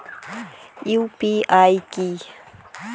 UPI কি?